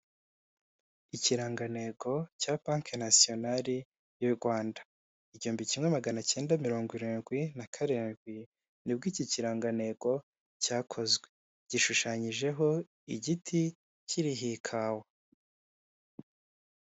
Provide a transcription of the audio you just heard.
Ikirangantego cya bank nasiyonari y'u Rwanda, igihumbi kimwe magana cyenda mirongo irindwi na karindwi, ni bwo iki kirangantego cyakozwe, gishushanyijeho igiti kiriho ikawa.